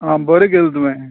आं बरें केलें तुवें